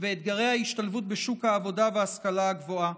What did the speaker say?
ואתגרי ההשתלבות בשוק העבודה וההשכלה הגבוהה.